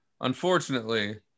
unfortunately